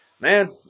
Man